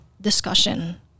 discussion